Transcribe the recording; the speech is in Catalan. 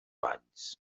valls